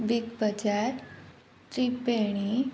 big Bazaar Triveni